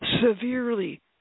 severely